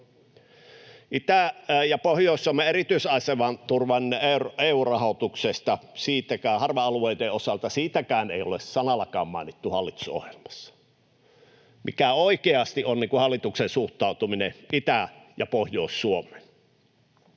Itä- ja Pohjois-Suomen erityisaseman turvanneesta EU-rahoituksesta harva-alueitten osalta ei ole sanallakaan mainittu hallitusohjelmassa. Mikä oikeasti on hallituksen suhtautuminen Itä- ja Pohjois-Suomeen?